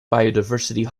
biodiversity